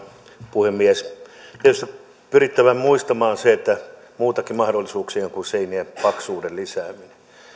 puhemies tietysti on pyrittävä muistamaan se että on muitakin mahdollisuuksia kuin seinien paksuuden lisääminen